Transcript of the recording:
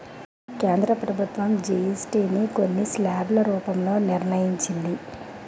కేంద్ర ప్రభుత్వం జీఎస్టీ ని కొన్ని స్లాబ్ల రూపంలో నిర్ణయించింది